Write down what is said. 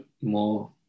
more